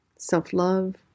self-love